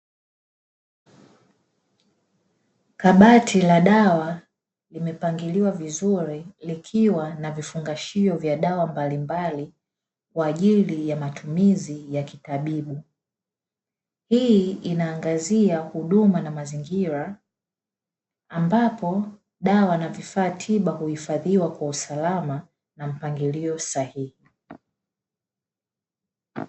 Kabati la dawa limepangiliwa vizuri likiwa na vifungashio vya dawa mbalimbali kwa ajili ya matumizi ya kitabibu. Hii inaangazia huduma na mazingira ambapo dawa na vifaa tiba uhifadhiwa kwa usalama na mpangilio sahihi.